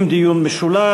ודיון משולב.